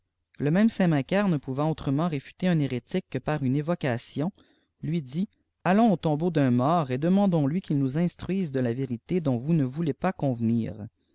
xe même saint macaire ne pouvant giutrement réfuter un héréy tique que par une évocation lui dit allons au tombeau d'ufi mort et demandons lui qu'il npjis instruise de la vérité dont vous ne voulez pas convenir